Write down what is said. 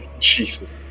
Jesus